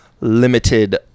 Limited